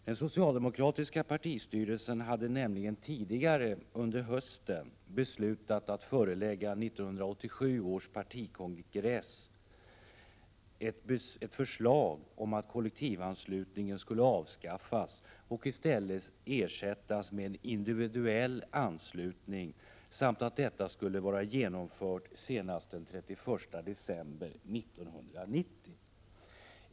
Den socialdemokratiska partistyrelsen hade nämligen tidigare under hösten beslutat att förelägga 1987 års partikongress ett förslag om att kollektivanslutningen skulle avskaffas och ersättas med individuell anslutning samt att detta skulle vara genomfört senast den 31 december 1990.